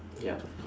yup